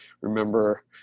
remember